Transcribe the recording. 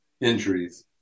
injuries